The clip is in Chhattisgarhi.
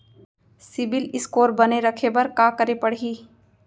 सिबील स्कोर बने रखे बर का करे पड़ही?